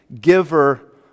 giver